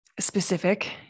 specific